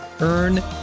Earn